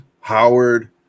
Howard